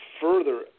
further